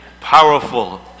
powerful